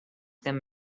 them